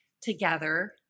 together